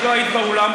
את לא היית באולם,